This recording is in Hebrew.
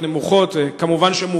בעיקר בשל עלויות כלכליות נמוכות.